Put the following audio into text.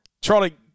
Charlie